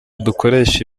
dukoreshe